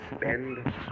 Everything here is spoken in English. spend